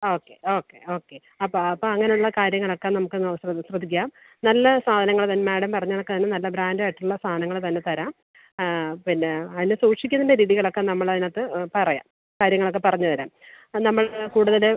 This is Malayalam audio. ഓക്കെ ഓക്കെ ഓക്കെ അപ്പോൾ അപ്പോൾ അങ്ങനെയുള്ള കാര്യങ്ങളൊക്കെ നമുക്കൊന്ന് ശ്ര ശ്രദ്ധിക്കാം നല്ല സാധനങ്ങൾ തന്നെ മാഡം പറഞ്ഞതൊക്കെ തന്നെ നല്ല ബ്രാൻഡ് ആയിട്ടുള്ള സാധനങ്ങൾ തന്നെ തരാം പിന്നെ അതിനെ സൂക്ഷിക്കേണ്ട രീതികളൊക്കെ നമ്മൾ അതിനകത്ത് പറയാം കാര്യങ്ങളൊക്കെ പറഞ്ഞ് തരാം ആ നമ്മൾ കൂടുതൽ